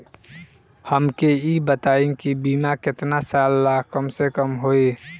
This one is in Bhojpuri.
हमके ई बताई कि बीमा केतना साल ला कम से कम होई?